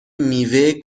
میوه